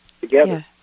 together